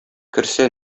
керсә